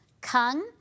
Kung